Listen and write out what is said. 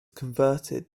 converted